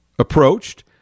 approached